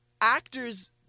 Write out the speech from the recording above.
actors